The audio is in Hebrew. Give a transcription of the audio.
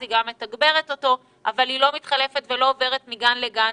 היא גם מתגברת אותו אבל היא לא מתחלפת ולא עוברת מגן לגן.